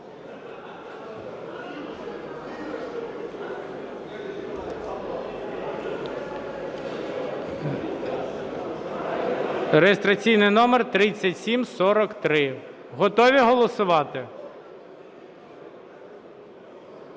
(реєстраційний номер 3743). Готові голосувати?